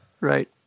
Right